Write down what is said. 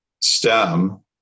STEM